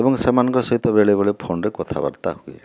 ଏବଂ ସେମାନଙ୍କ ସହିତ ବେଳେବେଳେ ଫୋନରେ କଥାବାର୍ତ୍ତା ହୁଏ